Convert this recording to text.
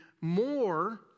more